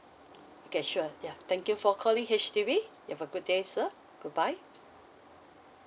okay sure ya thank you for calling H_D_B you have a good day sir goodbye